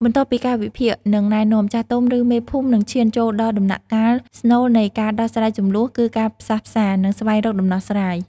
បន្ទាប់ពីការវិភាគ និងណែនាំ ចាស់ទុំ ឬមេភូមិ នឹងឈានចូលដល់ដំណាក់កាលស្នូលនៃការដោះស្រាយជម្លោះ គឺការផ្សះផ្សា និងស្វែងរកដំណោះស្រាយ។